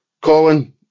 Colin